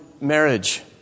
marriage